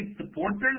supporters